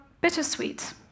bittersweet